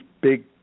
big